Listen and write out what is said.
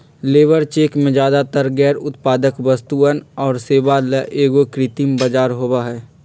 labour चेक में ज्यादातर गैर उत्पादक वस्तुअन और सेवा ला एगो कृत्रिम बाजार होबा हई